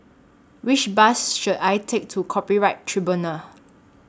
Which Bus should I Take to Copyright Tribunal